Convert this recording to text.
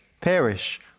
perish